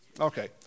Okay